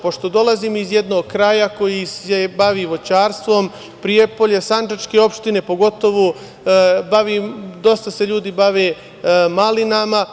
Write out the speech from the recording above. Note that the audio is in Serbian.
Pošto dolazim iz jednog kraja koji se bavi voćarstvom, Prijepolje, sandžačke opštine, dosta se ljudi bavi malinama.